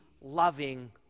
loving